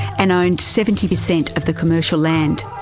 and owned seventy percent of the commercial land.